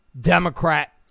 Democrat